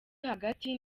hagati